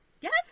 Yes